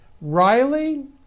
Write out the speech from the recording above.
Riley